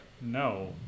no